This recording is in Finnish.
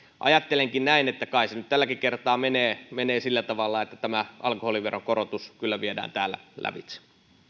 ajattelenkin näin että kai se nyt tälläkin kertaa menee menee sillä tavalla että tämä alkoholiveron korotus kyllä viedään täällä lävitse